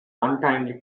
untimely